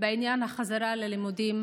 בעניין החזרה ללימודים